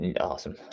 Awesome